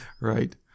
Right